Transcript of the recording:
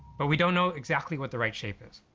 but we don't know exactly what the right shape is.